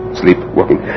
sleepwalking